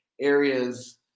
areas